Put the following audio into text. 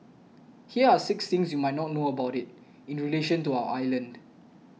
here are six things you might not know about it in relation to our island